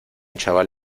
chaval